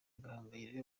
gahongayire